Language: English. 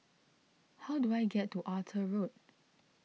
how do I get to Arthur Road